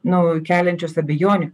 nu keliančios abejonių